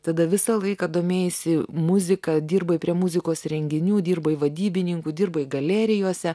tada visą laiką domėjaisi muzika dirbai prie muzikos renginių dirbai vadybininku dirbai galerijose